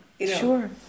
Sure